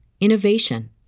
innovation